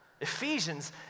Ephesians